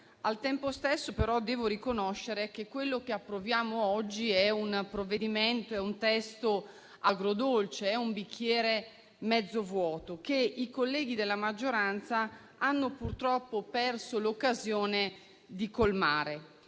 Al tempo stesso, però, devo riconoscere che quello che stiamo per approvare oggi è un provvedimento e un testo agrodolce, un bicchiere mezzo vuoto, che i colleghi della maggioranza hanno purtroppo perso l'occasione di colmare;